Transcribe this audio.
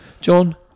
John